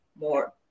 more